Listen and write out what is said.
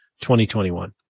2021